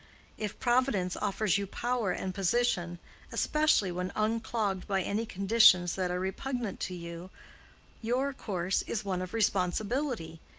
if providence offers you power and position especially when unclogged by any conditions that are repugnant to you your course is one of responsibility,